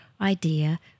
idea